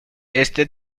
este